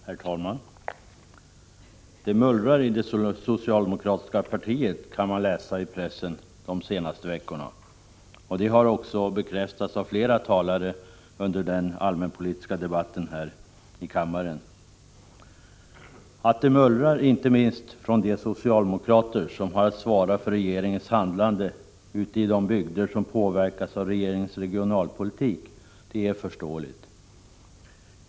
Herr talman! Det mullrar i det socialdemokratiska partiet, kan man läsa i pressen de senaste veckorna. Detta har också bekräftats av flera talare under den allmänpolitiska debatten här i kammaren. Att det mullrar inte minst från de socialdemokrater som har att svara för regeringens handlande ute i de bygder som påverkas av regeringens regionalpolitik är förståeligt.